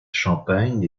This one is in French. champagne